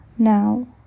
now